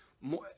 more